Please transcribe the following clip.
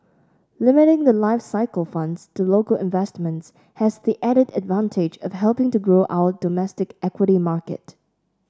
limiting the life cycle funds to local investments has the added advantage of helping to grow our domestic equity market